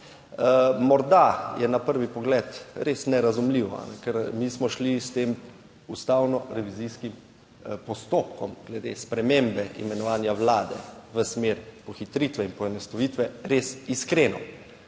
Morda je na prvi pogled res nerazumljivo, ker mi smo šli s tem ustavno revizijskim postopkom glede spremembe imenovanja vlade v smer pohitritve in poenostavitve res iskreno,